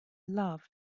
love